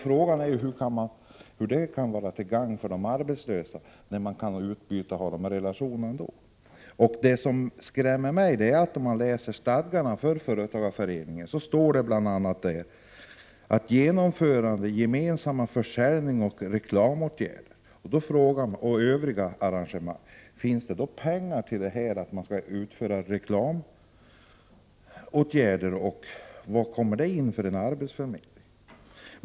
Frågan är hur det kan vara till gagn för de arbetslösa, när arbetsförmedlingen kan ha utbyte och relationer med företagarföreningarna på annat sätt. Det som skrämmer mig är vad som står i stadgarna för företagarföreningar. Det talas bl.a. om ”genomförande av gemensamma försäljningsoch reklamåtgärder samt övriga arrangemang”. Finns det pengar för att utföra reklamåtgärder, och var kommer detta in för en arbetsförmedling?